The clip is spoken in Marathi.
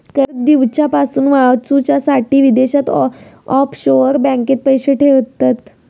कर दिवच्यापासून वाचूच्यासाठी विदेशात ऑफशोअर बँकेत पैशे ठेयतत